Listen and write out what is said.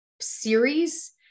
series